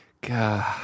god